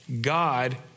God